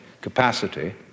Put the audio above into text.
capacity